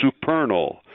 supernal